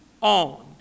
on